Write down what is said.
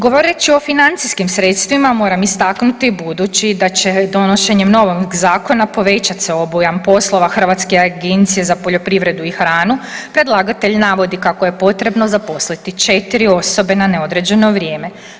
Govoreći o financijskim sredstvima moram istaknuti, budući da će donošenjem novog zakona povećat se obujam poslova Hrvatske agencije za poljoprivredu i hranu predlagatelj navodi kako je potrebno zaposliti 4 osobe na neodređeno vrijeme.